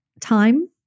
time